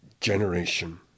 generation